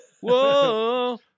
Whoa